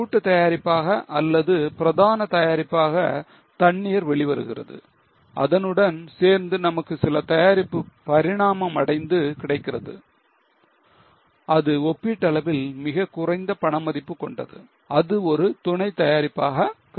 கூட்டுத் தயாரிப்பாக அல்லது பிரதான தயாரிப்பாக தண்ணீர் வெளிவருகிறது அதனுடன் சேர்த்து நமக்கு சில தயாரிப்பு பரிணாமம் அடைந்து கிடைக்கிறது அது ஒப்பீட்டளவில் மிகக் குறைந்த பண மதிப்பு கொண்டது அது ஒரு துணை தயாரிப்பாக கருதப்படும்